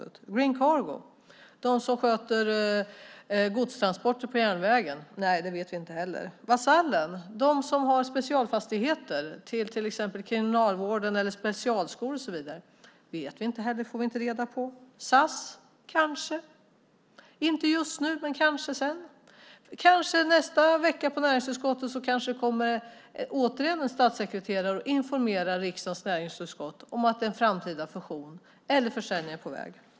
Hur det är med Green Cargo, de som sköter godstransporter på järnvägen, vet vi inte. Hur det är med Vasallen, de som har specialfastigheter för kriminalvården, specialskolor och så vidare, vet vi inte heller. Kan det vara SAS? Nej, inte just nu, men kanske sedan. Nästa vecka kanske det återigen kommer en statssekreterare till näringsutskottets sammanträde och informerar om att en framtida fusion eller försäljning är på väg.